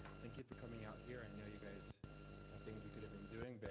thank you for coming out here. i know you guys have things you could have been doing. but